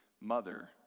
mother